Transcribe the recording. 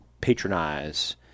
patronize